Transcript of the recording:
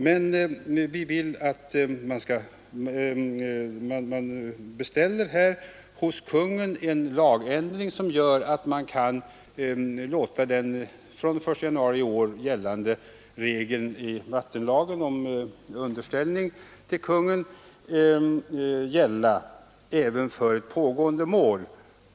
Men vi vill att man hos Kungl. Maj:t beställer en lagändring, som gör att den från 1 januari i år gällande regeln i vattenlagen om underställning till Konungen skall gälla även för pågående mål.